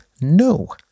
No